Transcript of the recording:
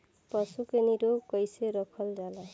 पशु के निरोग कईसे रखल जाला?